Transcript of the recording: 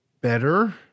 better